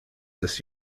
this